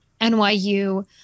NYU